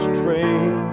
train